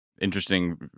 interesting